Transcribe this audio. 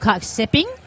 sipping